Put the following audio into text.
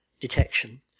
detection